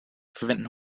verwenden